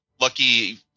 lucky